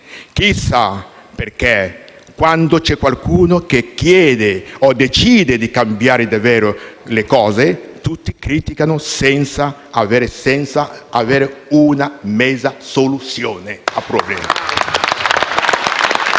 chissà perché, quando c'è qualcuno che chiede o decide di cambiare davvero le cose, tutti criticano senza avanzare mezza soluzione al problema.